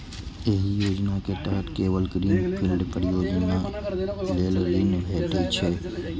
एहि योजना के तहत केवल ग्रीन फील्ड परियोजना लेल ऋण भेटै छै